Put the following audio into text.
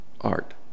art